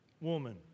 woman